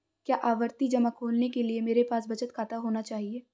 क्या आवर्ती जमा खोलने के लिए मेरे पास बचत खाता होना चाहिए?